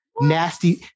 nasty